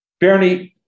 Bernie